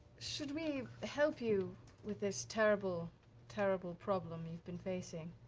should we help you with this terrible terrible problem you've been facing,